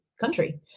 country